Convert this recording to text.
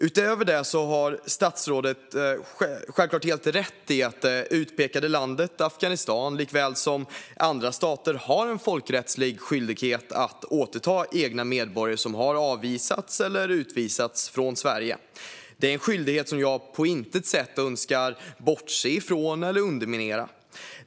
Utöver det har statsrådet självklart helt rätt i att det utpekade landet Afghanistan likaväl som andra stater har en folkrättslig skyldighet att återta egna medborgare som har avvisats eller utvisats från Sverige. Det är en skyldighet som jag på intet sätt önskar bortse ifrån eller underminera.